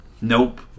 nope